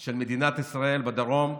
האמיתי של מדינת ישראל בדרום,